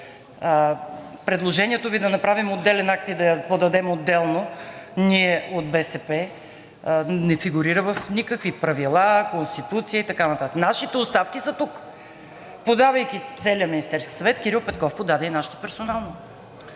Предложението Ви да направим отделен акт и да я подадем отделно ние от БСП не фигурира в никакви правила, Конституция и така нататък. Нашите оставки са тук! Подавайки за целия Министерски съвет, Кирил Петков подаде и нашите персонално.